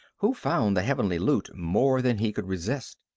who found the heavenly loot more than he could resist.